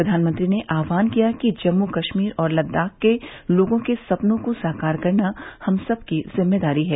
प्रधानमंत्री ने आह्यान किया कि जम्मू कश्मीर और लद्दाख के लोगों के सपनों को साकार करना हम सबकी जिम्मेदारी है